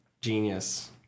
Genius